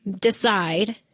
decide